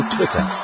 Twitter